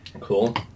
Cool